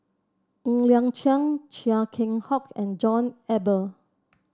Ng Liang Chiang Chia Keng Hock and John Eber